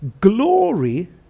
glory